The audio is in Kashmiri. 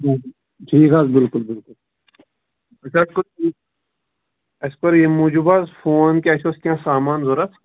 ٹھیٖک حظ بِِلکُل بِِلکُل اسہِ حظ کوٚر اسہِ کوٚر ییٚمہِ موٗجوٗب حظ فون کہِ اسہِ اوس کیٚنٛہہ سامان ضروٗرت